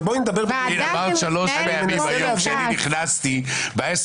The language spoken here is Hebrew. אבל בואי נדבר --- ועדה שמתנהלת כמו קרקס אמרת שלוש פעמים היום,